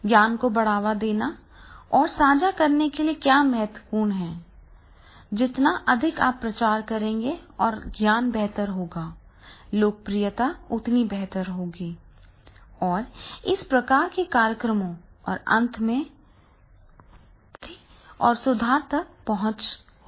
ज्ञान को बढ़ावा देने और साझा करने के लिए क्या महत्वपूर्ण है जितना अधिक आप प्रचार करेंगे और ज्ञान बेहतर होगा लोकप्रियता उतनी बेहतर होगी और इस प्रकार के कार्यक्रमों और अंत में पुनरावृति और सुधार तक पहुंच होगी